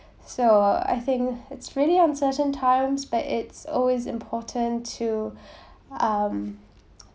so I think it's really uncertain times but it's always important to um